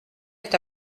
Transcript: est